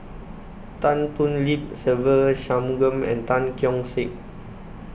Tan Thoon Lip Se Ve Shanmugam and Tan Keong Saik